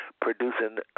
producing